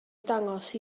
dangos